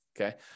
okay